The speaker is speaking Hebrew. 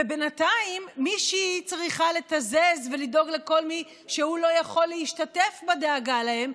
ובינתיים מישהי צריכה לתזז ולדאוג לכל מי שלא יכול להשתתף בדאגה להם,